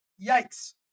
Yikes